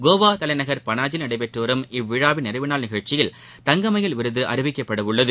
கோவாதலைநகர் பனாஜியில் நடைபெற்றுவரும் இவ்விழாவின் நிறைவு நாள் நிகழ்ச்சியில் தங்கமயில் விருதுஅறிவிக்கப்படவுள்ளது